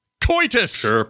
coitus